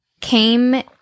came